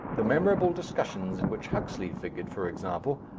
the memorable discussions in which huxley figured, for example,